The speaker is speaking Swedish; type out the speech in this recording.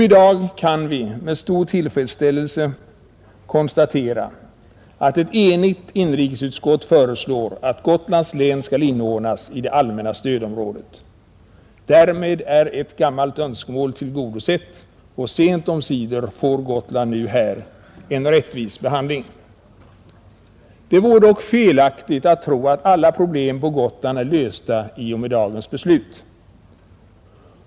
I dag kan vi med stor tillfredsställelse konstatera, att ett enigt inrikesutskott föreslår att Gotlands län skall inordnas i det allmänna stödområdet. Därmed är ett gammalt önskemål tillgodosett, och sent omsider får Gotland nu en rättvis behandling. Det vore dock felaktigt att tro att alla problem på Gotland är lösta i och med dagens beslut.